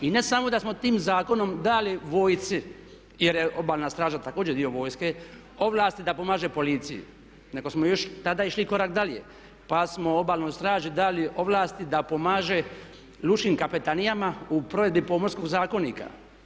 I ne samo da smo tim zakonom dali vojsci, jer je Obalna straža također dio vojske, ovlasti da pomaže policiji nego smo još tada išli korak dalje pa smo Obalnoj straži dali ovlasti da pomaže lučkim kapetanijama u provedbi pomorskog zakonika.